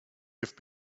have